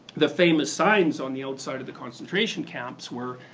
the famous sign on the outside of the concentration camps were